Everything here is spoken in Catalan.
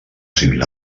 civil